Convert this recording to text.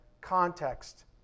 context